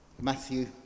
Matthew